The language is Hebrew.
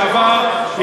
את דבריך בשבוע שעבר,